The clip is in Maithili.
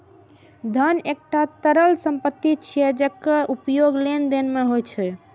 धन एकटा तरल संपत्ति छियै, जेकर उपयोग लेनदेन मे होइ छै